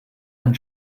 ein